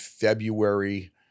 February